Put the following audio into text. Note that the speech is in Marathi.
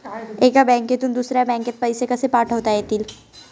एका बँकेतून दुसऱ्या बँकेत पैसे कसे पाठवता येतील?